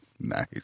Nice